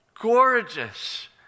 gorgeous